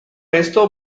esto